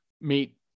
meet